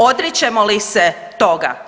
Odričemo li se toga?